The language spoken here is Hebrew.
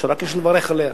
שרק יש לברך עליה.